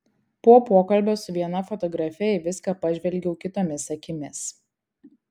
po pokalbio su viena fotografe į viską pažvelgiau kitomis akimis